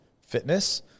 fitness